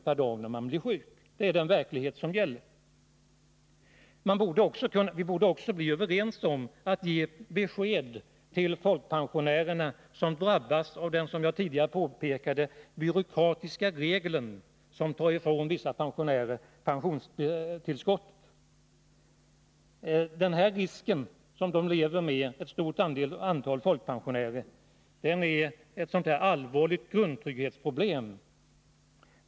per dag när man blir sjuk. Det är den verklighet som gäller. Vi borde också kunna bli överens om att ge besked till folkpensionärerna som drabbas av den, som jag tidigare påpekade, byråkratiska regel som tar ifrån vissa pensionärer pensionstillskottet. Den här risken, som ett stort antal folkpensionärer lever med, är ett allvarligt grundtrygghetsproblem.